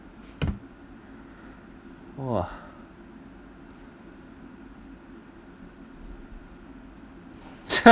!wah!